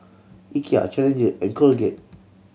Ikea Challenger and Colgate